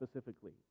specifically